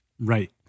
Right